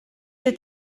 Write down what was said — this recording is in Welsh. bwyd